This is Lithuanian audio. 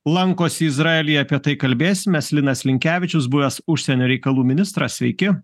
lankosi izraelyje apie tai kalbėsimės linas linkevičius buvęs užsienio reikalų ministras sveiki